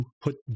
put